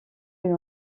lui